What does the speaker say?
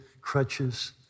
crutches